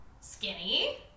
skinny